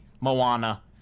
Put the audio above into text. Moana